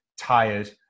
tired